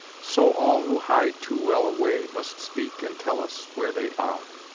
so all who hide too well away must speak and tell us where they are.